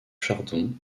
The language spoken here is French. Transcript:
chardon